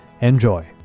enjoy